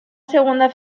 segunda